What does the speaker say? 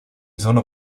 sono